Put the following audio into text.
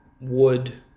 wood